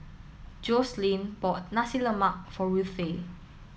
Joslyn bought Nasi Lemak for Ruthe